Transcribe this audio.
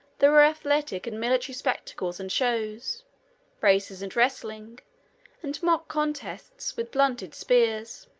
there were athletic and military spectacles and shows races and wrestlings and mock contests, with blunted spears.